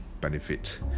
benefit